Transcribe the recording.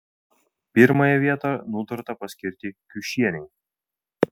pirmąją vietą nutarta paskirti kiušienei